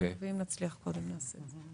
זר